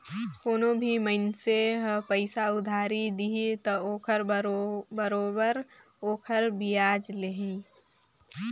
कोनो भी मइनसे ह पइसा उधारी दिही त ओखर बरोबर ओखर बियाज लेही